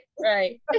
Right